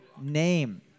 name